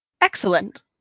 Excellent